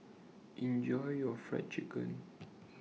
Enjoy your Fried Chicken